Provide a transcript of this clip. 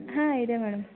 ಹಾಂ ಇದೆ ಮೇಡಮ್